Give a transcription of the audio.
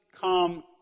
come